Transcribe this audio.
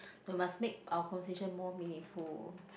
no must make our conversation more meaningful